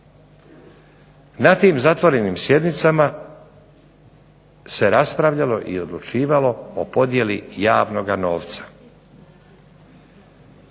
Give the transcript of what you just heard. Na tim zatvorenim sjednicama se raspravljalo i odlučivalo o podjeli javnoga novca.